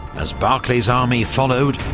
as barclay's army followed,